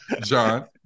John